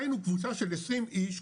היינו קבוצה של 20 איש,